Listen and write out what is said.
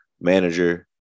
manager